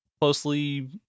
closely